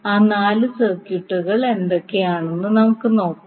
ആ നാല് സർക്യൂട്ടുകൾ എന്തൊക്കെയാണെന്ന് നമുക്ക് നോക്കാം